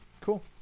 Cool